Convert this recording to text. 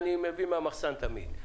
אני מביא מהמחסן תמיד.